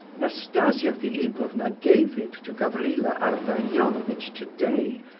nastasia philipovna gave it to gavrila ardalionovitch today,